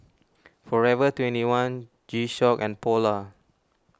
forever twenty one G Shock and Polar